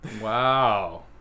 Wow